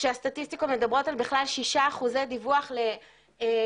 כשהסטטיסטיקות מדברות בכלל על שישה אחוזי דיווח למשטרה,